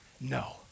No